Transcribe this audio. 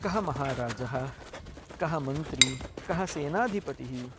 कः महाराजः कः मन्त्री कः सेनाधिपतिः